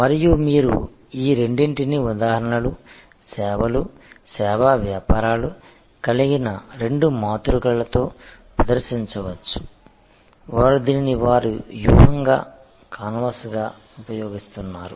మరియు మీరు ఈ రెండింటిని ఉదాహరణలు సేవలు సేవా వ్యాపారాలు కలిగిన రెండు మాతృకలతో ప్రదర్శించవచ్చు వారు దీనిని వారి వ్యూహంగా కాన్వాస్ గా ఉపయోగిస్తున్నారు